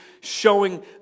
showing